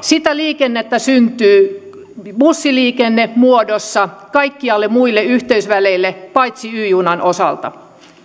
sitä liikennettä syntyy bussiliikennemuodossa kaikkialle muille yhteysväleille paitsi y junan osalta